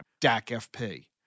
DACFP